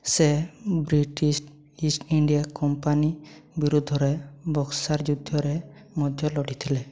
ସେ British East India company ବିରୁଦ୍ଧରେ ବକ୍ସାର୍ ଯୁଦ୍ଧରେ ମଧ୍ୟ ଲଢ଼ିଥିଲେ